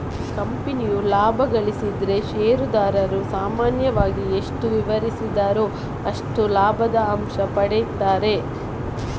ಕಂಪನಿಯು ಲಾಭ ಗಳಿಸಿದ್ರೆ ಷೇರುದಾರರು ಸಾಮಾನ್ಯವಾಗಿ ಎಷ್ಟು ವಿವರಿಸಿದ್ದಾರೋ ಅಷ್ಟು ಲಾಭದ ಅಂಶ ಪಡೀತಾರೆ